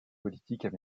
politiques